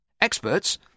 Experts